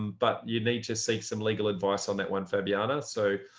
but you need to seek some legal advice on that one, fabiana. so,